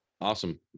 Awesome